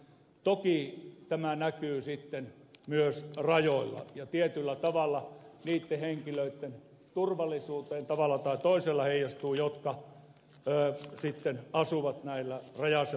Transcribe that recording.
toki tämä näkyy sitten myös rajoilla ja tietyllä tavalla tai toisella heijastuu niitten henkilöitten turvallisuuteen jotka asuvat näillä rajaseutualueilla